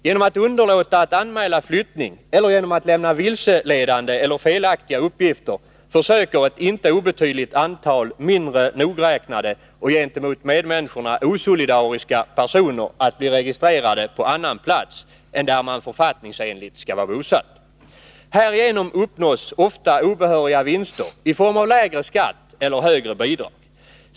Genom att underlåta att anmäla flyttning eller genom att lämna vilseledande eller felaktiga uppgifter försöker ett inte obetydligt antal mindre nogräknade och gentemot medmänniskorna osolidariska personer att bli registrerade på annan plats än där man författningsenligt skall vara bosatt. Härigenom uppnås ofta otillbörliga vinster i form av lägre skatt eller högre bidrag.